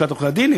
מלשכת עורכי-הדין,